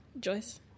Joyce